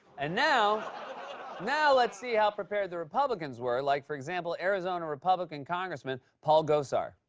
and now now let's see how prepared the republicans were, like, for example, arizona republican congressman paul gosar.